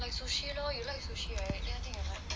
like sushi lor you like sushi right anything you okay